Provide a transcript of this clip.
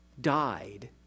died